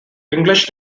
english